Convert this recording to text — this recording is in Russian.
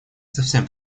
совсем